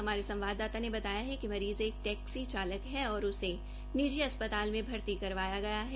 हमारे संवाददाता ने बताया है कि मरीज टैक्सी चालक है और उसे निजी अस्पताल में भर्ती करवाया गया है